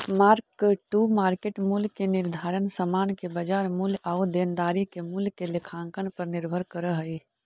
mark to market मूल्य के निर्धारण समान के बाजार मूल्य आउ देनदारी के मूल्य के लेखांकन पर निर्भर करऽ हई